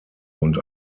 und